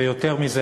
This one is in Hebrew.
ויותר מזה,